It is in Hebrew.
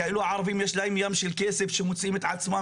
כאילו הערבים יש להם ים של כסף שמוצאים את עצמם